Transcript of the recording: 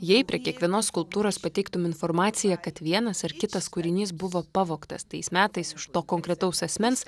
jei prie kiekvienos skulptūros pateiktum informaciją kad vienas ar kitas kūrinys buvo pavogtas tais metais iš to konkretaus asmens